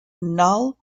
null